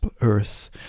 earth